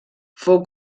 fou